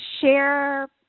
share